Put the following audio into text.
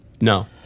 No